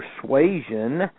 persuasion